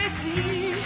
see